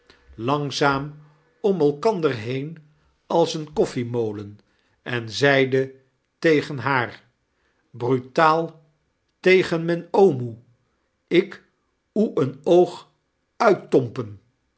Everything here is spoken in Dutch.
langzaam om elkander heen als een koffiemolen enzeide tegen haar brutaal tegen men oomoe it ou een oog uit tompen